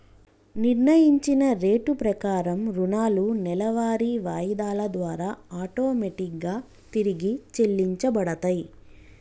నిర్ణయించిన రేటు ప్రకారం రుణాలు నెలవారీ వాయిదాల ద్వారా ఆటోమేటిక్ గా తిరిగి చెల్లించబడతయ్